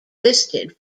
listed